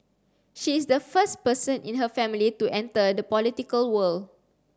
she is the first person in her family to enter the political world